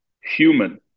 human